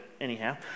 anyhow